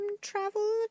travel